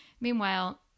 Meanwhile